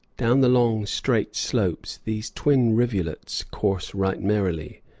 down the long, straight slopes these twin rivulets course right merrily,